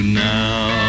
now